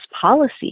policy